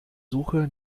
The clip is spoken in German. suche